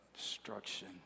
Destruction